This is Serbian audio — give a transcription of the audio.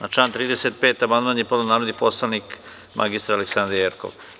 Na član 35. amandman je podneo narodni poslanik Aleksandra Jerkov.